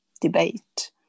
debate